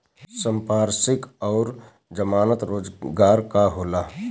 संपार्श्विक और जमानत रोजगार का होला?